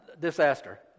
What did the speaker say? Disaster